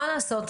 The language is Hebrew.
מה לעשות,